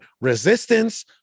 resistance